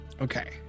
okay